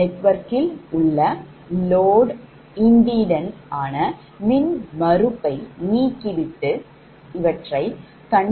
நெட்வொர்க்கில் உள்ள load impedanceமின்மறு மின்மறுப்பை நீக்கிவிட்டு கண்டறியலாம்